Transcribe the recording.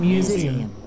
Museum